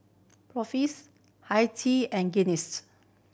Hi Tea and Guinness